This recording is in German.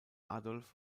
adolf